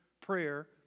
prayer